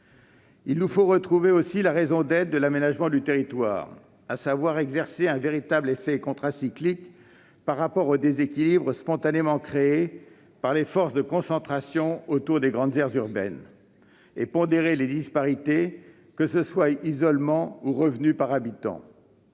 Il nous faut retrouver aussi la raison d'être de l'aménagement du territoire : obtenir un véritable effet contracyclique par rapport aux déséquilibres spontanément créés par les forces de concentration autour des grandes aires urbaines, et pondérer les disparités en termes d'isolement ou de revenu par habitant.